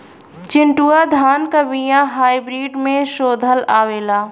चिन्टूवा धान क बिया हाइब्रिड में शोधल आवेला?